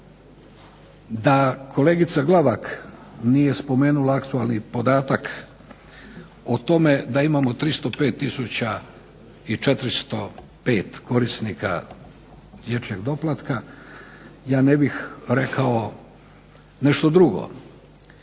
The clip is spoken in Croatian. Da kolegica Glavak nije spomenula aktualni podatak o tome da imamo 305 tisuća i 405 korisnika dječjeg doplatka, ja ne bih rekao nešto drugo.